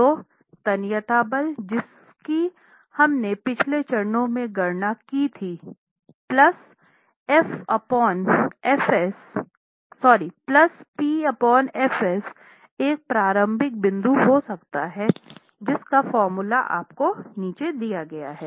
तो तन्यता बल जिसकी हमने पिछले चरण में गणना की थी P F s एक प्रारंभिक बिंदु हो सकता है